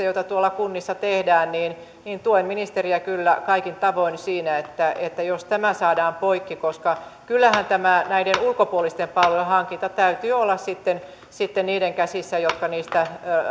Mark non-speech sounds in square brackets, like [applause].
[unintelligible] joita tuolla kunnissa tehdään niin niin tuen ministeriä kyllä kaikin tavoin siinä että että tämä saadaan poikki koska kyllähän näiden ulkopuolisten palvelujen hankinnan täytyy olla sitten sitten niiden käsissä jotka niistä